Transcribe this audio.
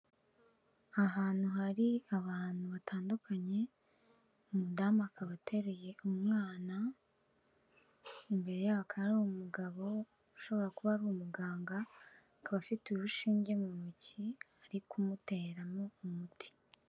Ahantu hari abantu batandukanye, umudamu akaba ateruye umwana, imbere yaho hakaba hari umugabo ushobora kuba ari umuganga, akaba afite urushinge mu ntoki ari kumuteramo umuti.